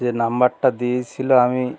যে নাম্বারটা দিয়েছিলো আমি